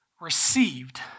received